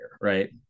right